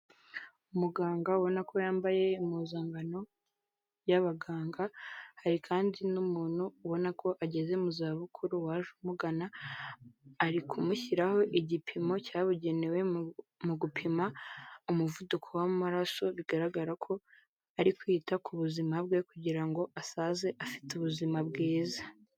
Umuganga ubona ko yambaye impuzankano y'abaganga, hari kandi n'umuntu ubona ko ageze mu za bukuru waje amugana, ari kumushyiraho igipimo cyabugenewe mu gupima umuvuduko w'amaraso, bigaragara ko ari kwita ku buzima bwe kugira ngo asaze afite ubuzima bwiza.